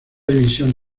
división